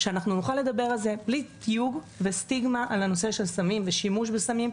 שנוכל לדבר בלי תיוג וסטיגמה על נושא סמים ושימוש בסמים,